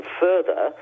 further